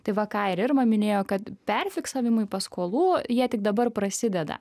tai va ką ir irma minėjo kad per fiksavimui paskolų jie tik dabar prasideda